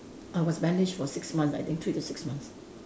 I was bandaged for six months I think three to six months